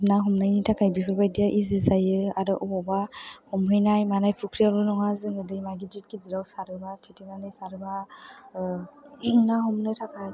ना हमनायनि थाखाय बेफोरबायदिया इजि जायो आरो बबेयावबा हमहैनाय मानाय फुख्रियावल' नङा जोङो दैमा गिदिर गिदिरआव सारोबा थेथेनानै सारोबा ना हमनो थाखाय